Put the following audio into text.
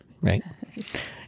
right